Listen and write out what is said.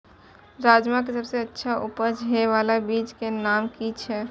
राजमा के सबसे अच्छा उपज हे वाला बीज के नाम की छे?